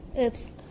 Oops